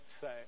say